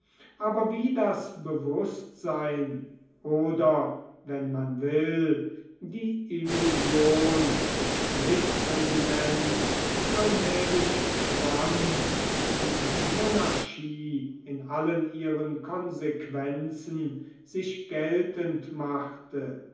aber wie das bewußtsein oder wenn man will die illusion des mitregiments allmählich schwand und die monarchie in allen ihren konsequenzen sich geltend machte